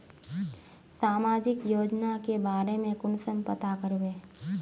सामाजिक योजना के बारे में कुंसम पता करबे?